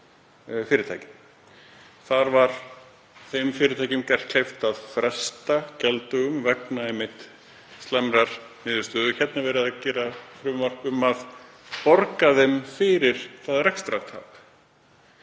Þar var fyrirtækjum gert kleift að fresta gjalddögum vegna slæmrar niðurstöðu. Hérna er verið að gera frumvarp um að borga þeim fyrir það rekstrartap.